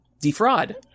defraud